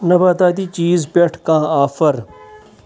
نَباتاتی چیٖز پٮ۪ٹھ کانٛہہ آفر